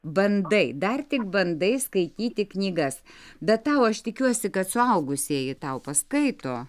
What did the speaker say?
bandai dar tik bandai skaityti knygas bet tau aš tikiuosi kad suaugusieji tau paskaito